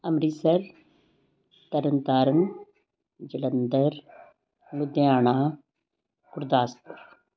Amritsar Tarn Taran Jalandhar Ludhiana Gurdaspur